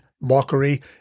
mockery